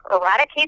eradicate